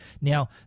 Now